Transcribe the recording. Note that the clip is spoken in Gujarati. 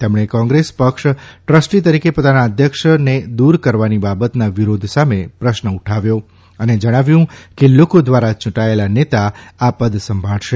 તેમણે કોંગ્રેસે પક્ષ ટ્રસ્ટી તરીકે પોતાના અધ્યક્ષને દૂર કરવાની બાબત ના વિરોધ સાથે પ્રશ્ન ઉઠાવ્યો અને જણાવ્યું કે લોકો દ્વારા ચૂંટાયેલા નેતા આ પદ સંભાળશે